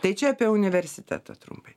tai čia apie universitetą trumpai